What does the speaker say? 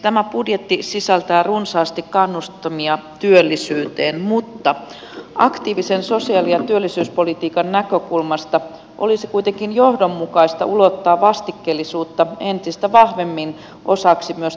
tämä budjetti sisältää runsaasti kannustimia työllisyyteen mutta aktiivisen sosiaali ja työllisyyspolitiikan näkökulmasta olisi kuitenkin johdonmukaista ulottaa vastikkeellisuutta entistä vahvemmin osaksi myös toimeentulotukilainsäädäntöä